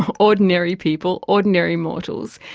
ordinary people, ordinary mortals,